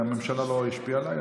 הממשלה לא השפיעה עליי,